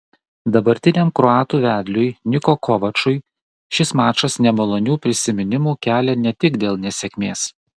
dabartiniam kroatų vedliui niko kovačui šis mačas nemalonių prisiminimų kelia ne tik dėl nesėkmės